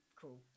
cool